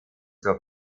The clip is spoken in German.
zur